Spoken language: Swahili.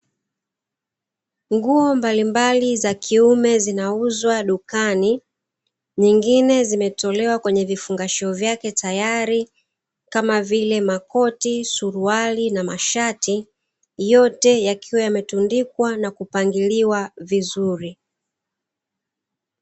Nguo mbalimbali za kiume zinauzwa dukani nyingine zimetolewa kwenye vifungashio vyake tayali kama vile makoti, suruali na mashati yote yakiwa yametundikwa na kupangilia vizuri.